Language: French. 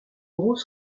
gros